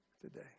today